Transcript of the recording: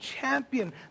champion